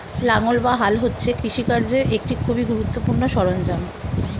লাঙ্গল বা হাল হচ্ছে কৃষিকার্যের একটি খুবই গুরুত্বপূর্ণ সরঞ্জাম